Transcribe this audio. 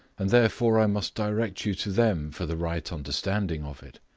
and therefore i must direct you to them for the right understanding of it.